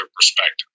perspective